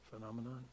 phenomenon